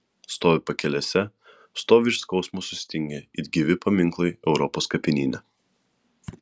stovi pakelėse stovi iš skausmo sustingę it gyvi paminklai europos kapinyne